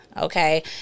Okay